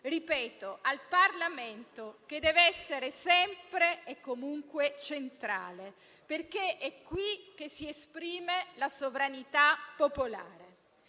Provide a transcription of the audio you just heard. (ripeto, al Parlamento), che deve essere, sempre e comunque, centrale, perché è qui che si esprime la sovranità popolare.